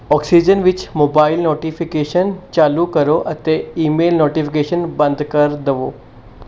oxygen ਵਿੱਚ mobile notification ਚਾਲੂ ਕਰੋ ਅਤੇ ਈਮੇਲ ਨੋਟੀਫਿਕੇਸ਼ਨ ਬੰਦ ਕਰ ਦਵੋ